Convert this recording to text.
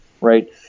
right